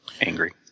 angry